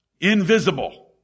invisible